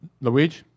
Luigi